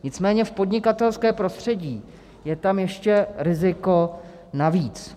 Nicméně v podnikatelském prostředí je tam ještě riziko navíc.